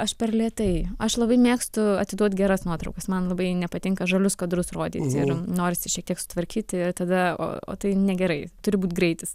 aš per lėtai aš labai mėgstu atiduot geras nuotraukas man labai nepatinka žalius kadrus rodyt ir norisi šiek tiek sutvarkyti tada o o tai negerai turi būt greitis